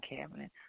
cabinet